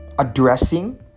addressing